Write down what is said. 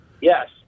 Yes